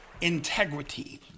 integrity